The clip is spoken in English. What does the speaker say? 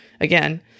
Again